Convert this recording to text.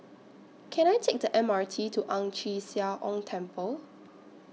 Can I Take The M R T to Ang Chee Sia Ong Temple